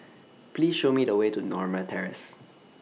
Please Show Me The Way to Norma Terrace